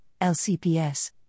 LCPS